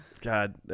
god